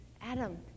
Adam